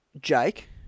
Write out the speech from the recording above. Jake